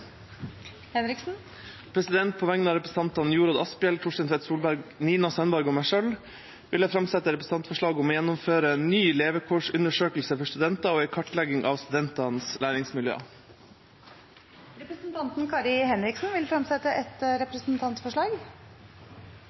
Henriksen vil fremsette et representantforslag. På vegne av stortingsrepresentantene Jorodd Asphjell, Torstein Tvedt Solberg, Nina Sandberg og meg selv vil jeg framsette et representantforslag om å gjennomføre ny levekårsundersøkelse for studenter og en kartlegging av studentenes læringsmiljø. Representanten Kari Henriksen vil fremsette et representantforslag.